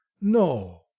No